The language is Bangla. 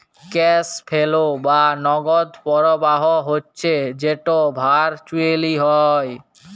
ক্যাশ ফোলো বা নগদ পরবাহ হচ্যে যেট ভারচুয়েলি হ্যয়